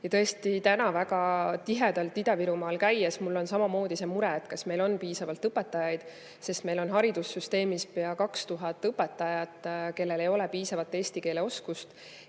ja tõesti, väga tihedalt Ida-Virumaal käies mul on samamoodi see mure, kas meil on piisavalt õpetajaid. Meil on haridussüsteemis pea 2000 õpetajat, kellel ei ole piisavat eesti keele oskust.